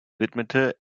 widmete